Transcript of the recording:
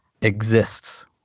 exists